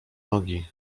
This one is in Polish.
nogi